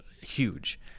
huge